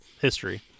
history